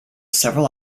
several